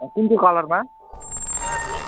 अँ कुन चाहिँ कलरमा